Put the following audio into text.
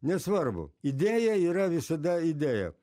nesvarbu idėja yra visada idėja